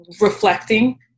reflecting